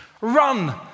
run